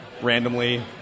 randomly